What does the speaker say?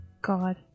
God